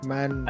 Man